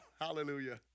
Hallelujah